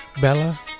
Bella